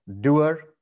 Doer